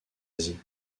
asie